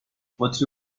بطری